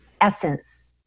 essence